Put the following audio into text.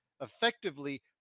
effectively